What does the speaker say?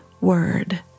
word